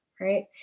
right